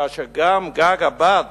כאשר גם גג הבד